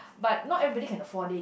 but not everybody can afford it